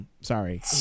sorry